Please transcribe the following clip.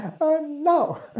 No